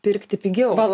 pirkti pigiau